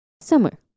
Summer